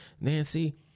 Nancy